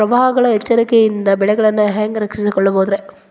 ಪ್ರವಾಹಗಳ ಎಚ್ಚರಿಕೆಯಿಂದ ಬೆಳೆಗಳನ್ನ ಹ್ಯಾಂಗ ರಕ್ಷಿಸಿಕೊಳ್ಳಬಹುದುರೇ?